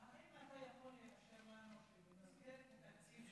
האם אתה יכול לאשר שב-2021,